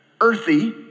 earthy